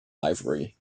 livery